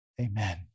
Amen